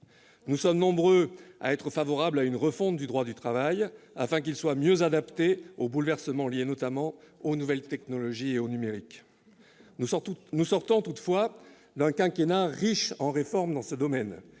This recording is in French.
Nous sommes nombreux à être favorables à une refonte du droit du travail, afin de mieux l'adapter aux bouleversements liés, notamment, aux nouvelles technologies et au numérique. Nous sortons toutefois d'un quinquennat riche en réformes dans ce domaine.